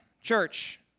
church